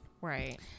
Right